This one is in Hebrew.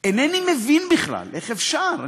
אינני מבין בכלל, איך אפשר?